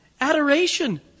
Adoration